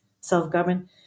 self-government